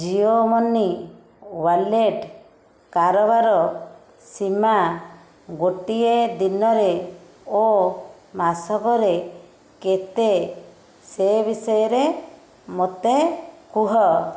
Jio money wallet କାରବାର ସୀମା ଗୋଟିଏ ଦିନରେ ଓ ମାସକରେ କେତେ ସେ ବିଷୟରେ ମୋତେ କୁହ